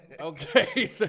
Okay